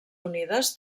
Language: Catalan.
unides